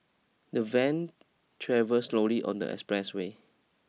the van travelled slowly on the expressway